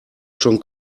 schon